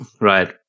right